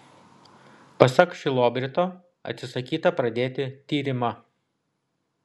pasak šilobrito atsisakyta pradėti tyrimą